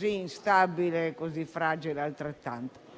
instabile e altrettanto